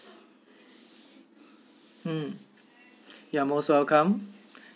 mm you're most welcome